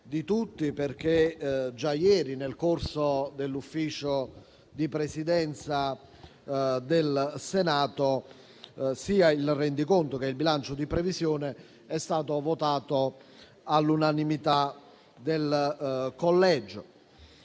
di tutti, perché già ieri, nel corso del Consiglio di Presidenza del Senato, sia il rendiconto sia il bilancio di previsione sono stati votati all'unanimità del Collegio